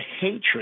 hatred